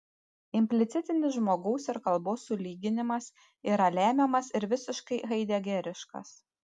implicitinis žmogaus ir kalbos sulyginimas yra lemiamas ir visiškai haidegeriškas